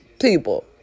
people